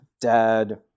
dad